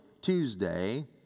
Tuesday